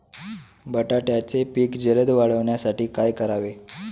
बटाट्याचे पीक जलद वाढवण्यासाठी काय करावे?